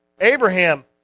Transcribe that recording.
Abraham